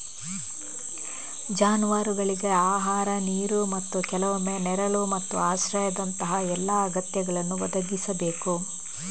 ಜಾನುವಾರುಗಳಿಗೆ ಆಹಾರ, ನೀರು ಮತ್ತು ಕೆಲವೊಮ್ಮೆ ನೆರಳು ಮತ್ತು ಆಶ್ರಯದಂತಹ ಎಲ್ಲಾ ಅಗತ್ಯಗಳನ್ನು ಒದಗಿಸಬೇಕು